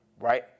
right